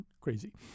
crazy